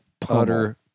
putter